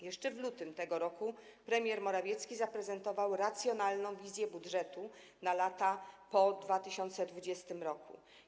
Jeszcze w lutym tego roku premier Morawiecki zaprezentował racjonalną wizję budżetu na lata po 2020 r.